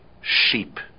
sheep